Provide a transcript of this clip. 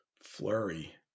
flurry